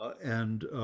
and,